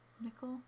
Nickel